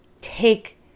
take